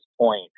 point